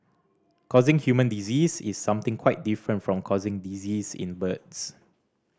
causing human disease is something quite different from causing disease in birds